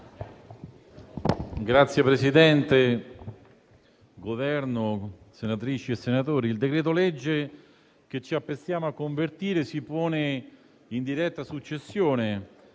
rappresentante del Governo, senatrici e senatori, il decreto-legge che ci apprestiamo a convertire si pone in diretta successione,